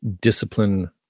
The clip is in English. discipline